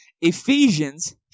Ephesians